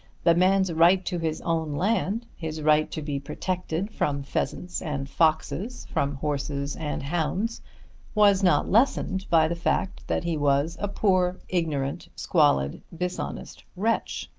the man's right to his own land his right to be protected from pheasants and foxes, from horses and hounds was not lessened by the fact that he was a poor ignorant squalid dishonest wretch.